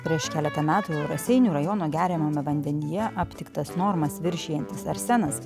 prieš keletą metų raseinių rajono geriamame vandenyje aptiktas normas viršijantis arsenas